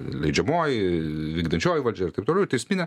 leidžiamoji vykdančioji valdžia ir taip toliau teisminė